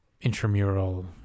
intramural